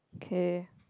okay